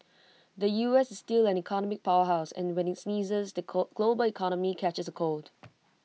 the U S is still an economic power house and when IT sneezes the global economy catches A cold